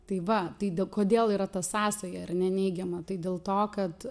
tai va tai kodėl yra ta sąsaja ar ne neigiama tai dėl to kad